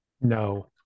no